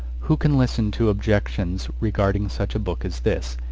who can listen to objections regarding such a book as this?